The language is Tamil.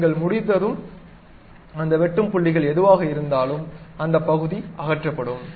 நீங்கள் முடித்ததும் அந்த வெட்டும் புள்ளிகள் எதுவாக இருந்தாலும் அந்த பகுதி அகற்றப்படும்